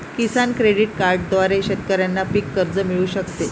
किसान credit कार्डद्वारे शेतकऱ्यांना पीक कर्ज मिळू शकते